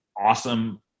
awesome